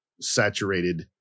saturated